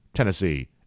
Tennessee